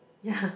ya